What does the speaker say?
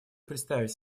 представить